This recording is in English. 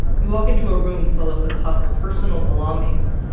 you walk into a room full of the puf's personal belongings.